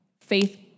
faith